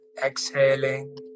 exhaling